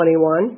21